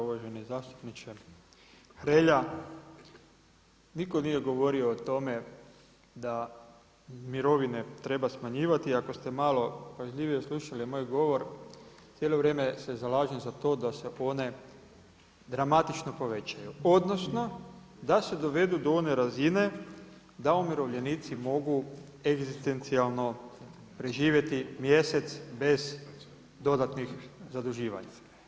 Uvaženi zastupniče Hrelja, nitko nije govorio o tome da mirovine treba smanjivati, ako ste malo pažljivije slušali moj govor, cijelo vrijeme se zalažem za to da se one dramatično povećaju odnosno da se dovedu do one razine da umirovljenici mogu egzistencijalno preživjeti mjesec bez dodatnih zaduživanja.